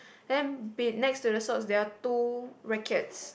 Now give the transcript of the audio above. then be~ next to the stall there are two rackets